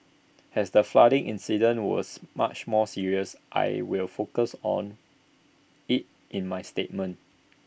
as the flooding incident was much more serious I will focus on IT in my statement